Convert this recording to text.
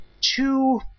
two